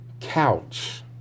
couch